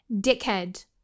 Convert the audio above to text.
dickhead